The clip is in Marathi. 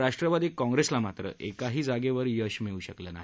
राष्ट्रवादी काँप्रेसला एकाही जागेवर यश मिळू शकलं नाही